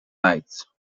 nights